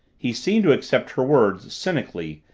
he seemed to accept her words, cynically,